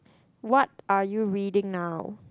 what are you reading now